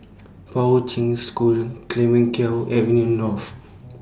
Poi Ching School Clemenceau Avenue North